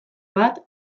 bat